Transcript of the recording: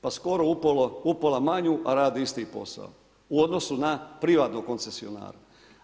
Pa skoro upola manju a radi isti posao, u odnosu na privatnog koncesionara.